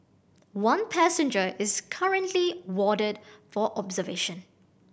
one passenger is currently warded for observation